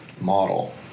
model